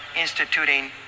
instituting